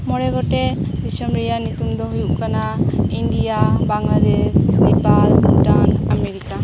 ᱢᱚᱬᱮ ᱜᱚᱴᱮᱱ ᱫᱤᱥᱚᱢ ᱨᱮᱭᱟᱜ ᱧᱩᱛᱩᱢ ᱫᱚ ᱦᱩᱭᱩᱜ ᱠᱟᱱᱟ ᱤᱱᱰᱤᱭᱟ ᱵᱟᱝᱞᱟᱫᱮᱥ ᱱᱮᱯᱟᱞ ᱵᱷᱩᱴᱟᱱ ᱟᱢᱮᱨᱤᱠᱟ